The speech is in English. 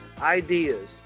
Ideas